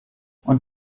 und